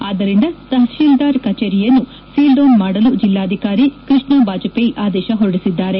ಆದ್ದರಿಂದ ತಹಶೀಲ್ದಾರ್ ಕಚೇರಿಯನ್ನು seal down ಮಾಡಲು ಜಿಲ್ಲಾಧಿಕಾರಿ ಕೃಷ್ಣ ಬಾಜಪೇಯಿ ಆದೇಶ ಹೊರಡಿಸಿದ್ದಾರೆ